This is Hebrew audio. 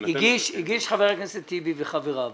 הגיש חבר הכנסת טיבי וחבריו